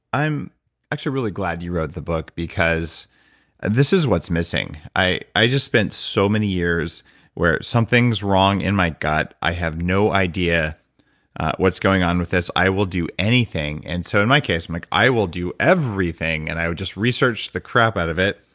i'm actually really glad you wrote the book because this is what's missing. i i just spent so many years where something's wrong in my gut. i have no idea what's going on with this. i will do anything. and so in my case, like i will do everything. and i would just research the crap out of it.